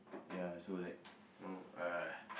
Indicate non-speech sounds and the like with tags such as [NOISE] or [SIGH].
ya so like [NOISE] you know uh